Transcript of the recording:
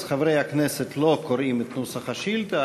אז חברי הכנסת לא קוראים את נוסח השאילתה,